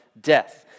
death